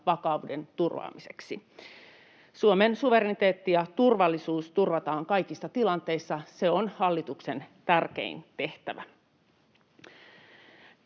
vakauden turvaamiseksi. Suomen suvereniteetti ja turvallisuus turvataan kaikissa tilanteissa. Se on hallituksen tärkein tehtävä.